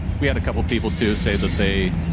we had a couple of people to say that they,